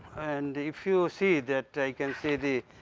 and if you see that i can say the,